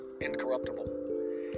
incorruptible